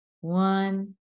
one